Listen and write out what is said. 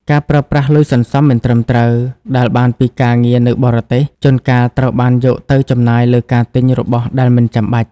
ការប្រើប្រាស់លុយសន្សំមិនត្រឹមត្រូវដែលបានពីការងារនៅបរទេសជួនកាលត្រូវបានយកទៅចំណាយលើការទិញរបស់ដែលមិនចាំបាច់។